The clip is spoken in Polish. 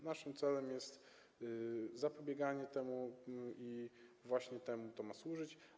Naszym celem jest zapobieganie temu, właśnie temu to ma służyć.